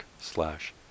slash